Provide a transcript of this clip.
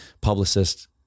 publicist